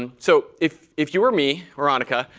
and so if if you were me or um annika,